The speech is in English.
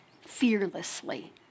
fearlessly